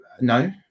no